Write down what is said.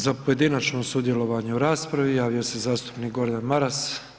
Za pojedinačno sudjelovanje u raspravi javio se zastupnik Gordan Maras.